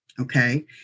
Okay